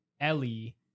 Ellie